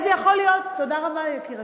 תודה רבה, יקירתי,